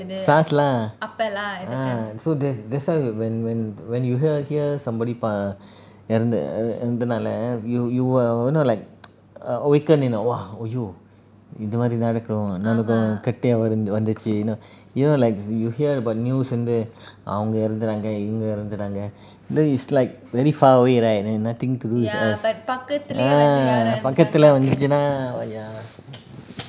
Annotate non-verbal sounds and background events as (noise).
SARS lah ah so there's there's why when when when you he~ hear somebody பா இறந்ததால:paeranthala you you will not like (noise) awaken in a !wah! !aiyo! இந்த மாதிரி தான் நடக்குமா இருக்குமா கிட்டயே இருந்து வந்துச்சு:intha mathiri thaan nadakuma irukumo kitaye irunthu vanthuchu you know like you hear about news அவங்க இறந்துட்டாங்க இவங்க இறந்துட்டாங்க:avanga iranthutaanga ivanga iranthutaanga is like very far away right nothing to lose as ah பக்கத்துல வந்துச்சுனா:pakkathula vanthuchuna !wah! ya lah (noise) (noise)